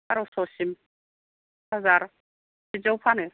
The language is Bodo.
बार'स'सिम हाजार बिदियाव फानो